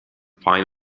fine